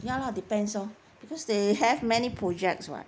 ya lah depends oh because they have many projects [what]